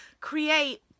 create